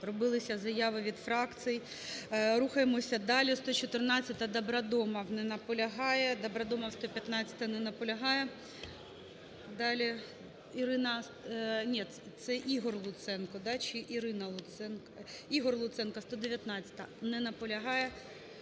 робилися заяви від фракцій. Рухаємося далі. 114-а,Добродомов. Не наполягає. Добродомов, 115-а. Не наполягає. Далі. Ірина...Нет, це Ігор Луценко, да? Чи Ірина Луценко? Ігор Луценко, 119-а. Не наполягає.